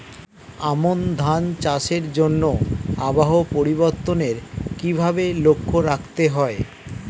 আমন ধান চাষের জন্য আবহাওয়া পরিবর্তনের কিভাবে লক্ষ্য রাখতে হয়?